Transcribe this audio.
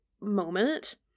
moment